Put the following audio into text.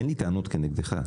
אין לי טענות כנגדך,